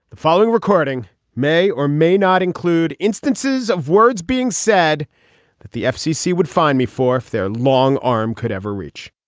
the following recording may or may not include instances of words being said that the fcc would find me for their long arm could ever reach